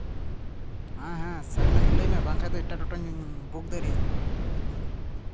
ᱦᱮᱸ ᱦᱮᱸ ᱥᱟᱹᱨᱤᱱᱟᱜ ᱜᱮ ᱞᱟᱹᱭᱢᱮ ᱵᱟᱝᱠᱷᱟᱱ ᱫᱚ ᱮᱴᱟᱜ ᱴᱳᱴᱳᱧ ᱵᱩᱠ ᱫᱟᱲᱮᱭᱟᱜᱼᱟ